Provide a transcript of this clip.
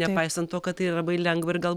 nepaisant to kad tai labai lengva ir gal